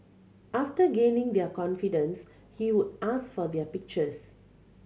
after gaining their confidence he would ask for their pictures